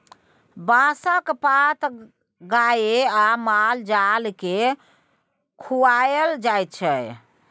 बाँसक पात गाए आ माल जाल केँ खुआएल जाइ छै